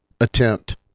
attempt